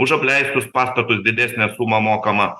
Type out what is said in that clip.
už apleistus pastatus didesnę sumą mokama